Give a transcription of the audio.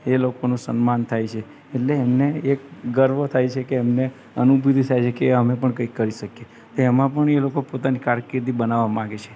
એ લોકોનું સન્માન થાય છે એટલે એમને એક ગર્વ થાય છે કે એમને અનુભૂતી થાય છે સે કે અમે પણ કંઈક કરી શકીએ તો એમાં પણ એ લોકો પણ પોતાની કારકિર્દી બનવા માંગે છે